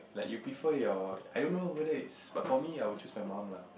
like you prefer your I don't know whether it's but for me I would choose my mum lah